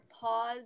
pause